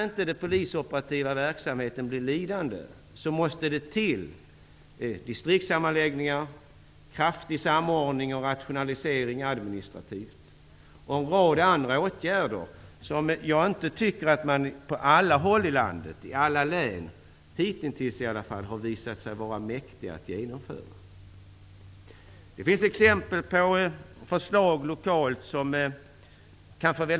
Om den polisoperativa verksamheten inte skall bli lidande måste det till distriktssammanläggningar, kraftig samordning och rationalisering administrativt samt en rad andra åtgärder som jag inte tycker att man i alla län i landet, i varje fall inte hitintills, har visat sig vara mäktig att genomföra. Det finns exempel på lokala förslag som kan få mycket stor effekt.